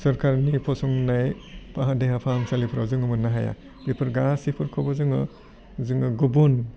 सरकारनि फसंनाय फाहाम देहा फाहामसालिफोराव जोङो मोननो हाया बेफोर गासिफोरखौबो जोङो जोङो गुबुन